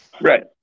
right